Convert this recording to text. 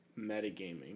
metagaming